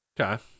Okay